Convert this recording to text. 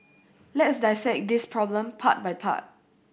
let's dissect this problem part by part